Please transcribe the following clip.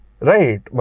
Right